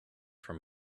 from